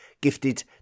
gifted